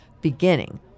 beginning